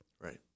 Right